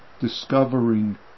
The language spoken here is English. discovering